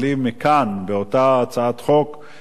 באותה הצעת חוק לממשלה,